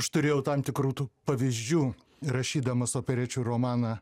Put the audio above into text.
aš turėjau tam tikrų tų pavyzdžių rašydamas operečių romaną